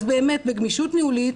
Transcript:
אז באמת, בגמישות ניהולית,